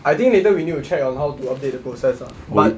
I think later we need to check on how to update the process ah but